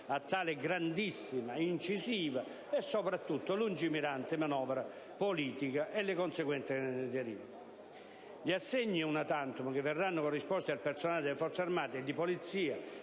a tale grandissima, incisiva e soprattutto lungimirante manovra politica, comprese le conseguenze che ne derivano. Gli assegni *una tantum* che verranno corrisposti al personale delle Forze armate e di polizia